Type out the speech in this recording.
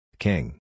King